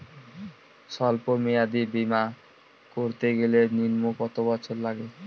সল্প মেয়াদী বীমা করতে গেলে নিম্ন কত বছর লাগে?